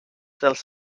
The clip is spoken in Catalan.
dels